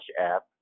app